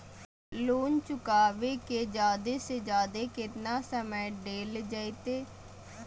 Loan चुकाबे के जादे से जादे केतना समय डेल जयते?